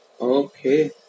Okay